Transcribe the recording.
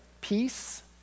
peace